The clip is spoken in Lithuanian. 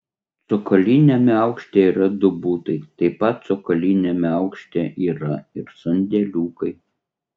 cokoliniame aukšte yra du butai taip pat cokoliniame aukšte yra ir sandėliukai